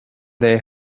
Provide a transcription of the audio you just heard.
they